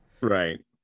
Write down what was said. right